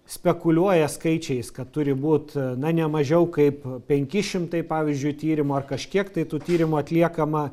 spekuliuoja skaičiais kad turi būt na ne mažiau kaip penki šimtai pavyzdžiui tyrimų ar kažkiek tai tų tyrimų atliekama